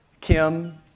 Kim